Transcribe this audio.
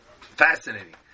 Fascinating